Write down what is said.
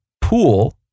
pool